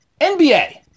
NBA